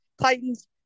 Titans